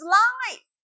life